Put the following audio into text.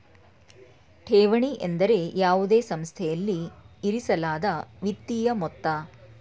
ಠೇವಣಿ ಎಂದರೆ ಯಾವುದೇ ಸಂಸ್ಥೆಯಲ್ಲಿ ಇರಿಸಲಾದ ವಿತ್ತೀಯ ಮೊತ್ತ